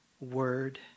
word